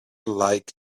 like